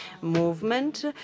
movement